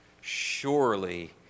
Surely